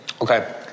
Okay